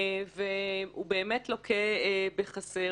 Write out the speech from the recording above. והוא באמת לוקה בחסר,